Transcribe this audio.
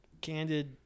Candid